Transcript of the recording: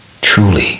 truly